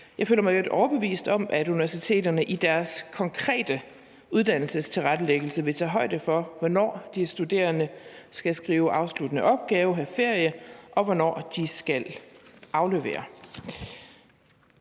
Jeg føler mig i øvrigt overbevist om, at universiteterne i deres konkrete uddannelsestilrettelæggelse vil tage højde for, hvornår de studerende skal skrive afsluttende opgave, have ferie, og hvornår de skal aflevere.